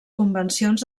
convencions